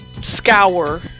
scour